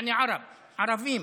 יעני ערבים.